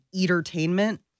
entertainment